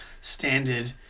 standard